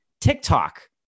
TikTok